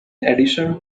addition